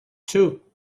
two